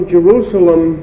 Jerusalem